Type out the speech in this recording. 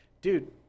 dude